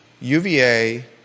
UVA